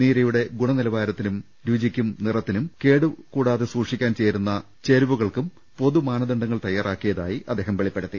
നീരയുടെ ഗുണനിലവാരത്തിനും രുചിക്കും നിറത്തിനും കേടുകൂടാതെ സൂക്ഷിക്കാൻ ചേർക്കുന്ന ചേരു വകൾക്കും പൊതു മാനദണ്ഡങ്ങൾ തയ്യാറാക്കിയതായി അദ്ദേഹം വെളിപ്പെടുത്തി